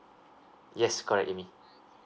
yes correct amy